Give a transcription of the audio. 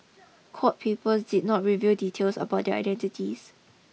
court papers did not reveal details about their identities